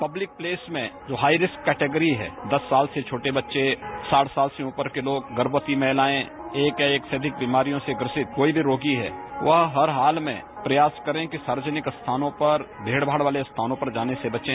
public place में जो high risk category है दस साल से छोटे बच्चे साठ साल से ऊपर के लोग गर्भवती महिलाएं एक या एक से अधिक बीमारियों से ग्रसित कोई भी रोगी है वह हर हाल में प्रयास करें कि सार्वजनिक स्थानों पर भीड़ भाड़ वाले स्थानों पर जाने से बचें